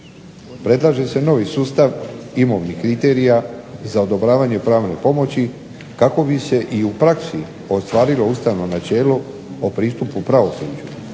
Predlaže se novi sustav imovnih kriterija za odobravanje pravne pomoći kako bi se i u praksi ostvarilo ustavno načelo o pristupu pravosuđu.